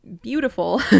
beautiful